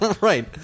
Right